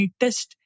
test